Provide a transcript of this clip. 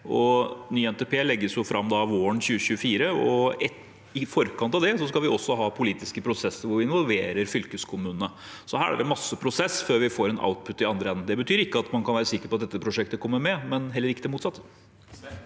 Ny NTP legges fram våren 2024. I forkant av det skal vi også ha politiske prosesser hvor vi involverer fylkeskommunene. Så det er masse prosess før vi får en output i den andre enden. Det betyr ikke at man kan være sikker på at dette prosjektet kommer med, men heller ikke det motsatte.